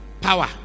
power